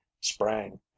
sprang